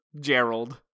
Gerald